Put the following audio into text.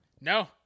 No